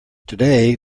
today